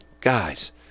guys